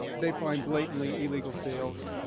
they find blatantly illegal sales